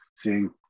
seeing